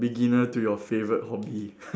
beginner to your favourite hobby